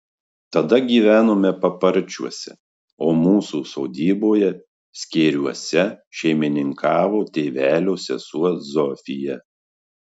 tada gyvenome paparčiuose o mūsų sodyboje skėriuose šeimininkavo tėvelio sesuo zofija